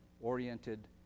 oriented